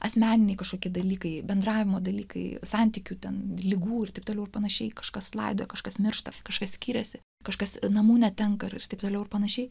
asmeniniai kažkokie dalykai bendravimo dalykai santykių ten ligų ir taip toliau ir panašiai kažkas laidoja kažkas miršta kažkas skyrėsi kažkas namų netenka ir taip toliau ir panašiai